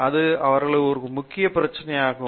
அது அவர்களுக்கு ஒரு முக்கிய பிரச்சனையாகும்